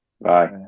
Bye